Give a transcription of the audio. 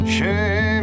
Shame